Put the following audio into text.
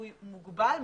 הוא מוגבל,